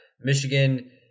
Michigan